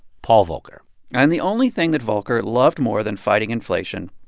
paul volcker and and the only thing that volcker loved more than fighting inflation,